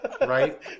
right